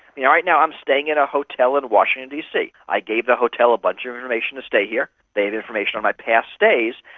you know right now i'm staying in a hotel in washington dc, i gave the hotel a bunch of information to stay here, they have information on my past stays,